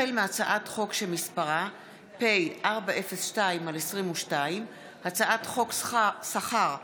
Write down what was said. החל מהצעת חוק שמספרה פ/402/22 וכלה בהצעת חוק שמספרה